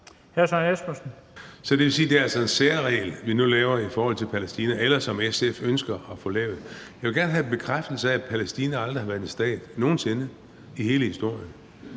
det er en særregel, vi nu laver i forhold til Palæstina, eller som SF ønsker at få lavet. Jeg vil gerne have en bekræftelse af, at Palæstina aldrig nogen sinde i hele historien